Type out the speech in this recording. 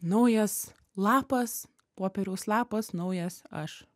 naujas lapas popieriaus lapas naujas aš